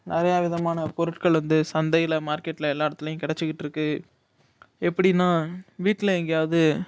நிறையா விதமான பொருட்கள் வந்து சந்தையில் மார்க்கெட்டில எல்லா இடத்துலையும் கிடச்சிக்கிட்டு இருக்கு எப்படின்னா வீட்டில எங்கேயாவது